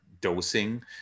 dosing